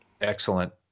Excellent